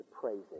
praising